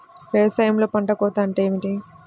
వ్యవసాయంలో పంట కోత అంటే ఏమిటి?